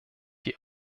die